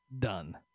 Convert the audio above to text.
Done